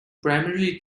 primarily